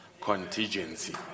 contingency